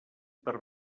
per